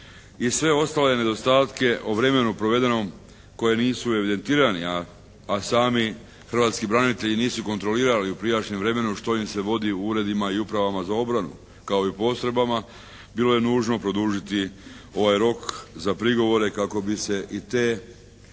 i sve ostale nedostatke o vremenu provedenom koji nisu evidentirani a sami hrvatski branitelji nisu kontrolirali u prijašnjem vremenu što im se vodi u Uredima i Upravama za obranu kao i u postrojbama bilo je nužno produžiti ovaj rok za prigovore kako bi se i te